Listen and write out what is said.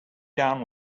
down